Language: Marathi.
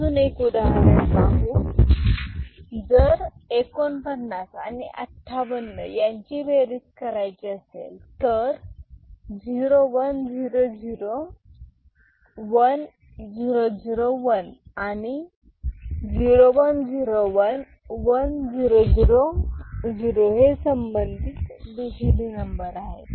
अजून एक उदाहरण पाहून जर 49 आणि 58 यांची बेरीज करायचे असेल 0 1 0 0 1 0 0 1 आणि 0 1 0 1 1 0 0 0 हे संबंधित बीसीडी नंबर आहेत